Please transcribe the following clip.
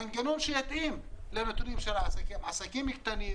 מנגנון שיתאים לנתונים של העסקים,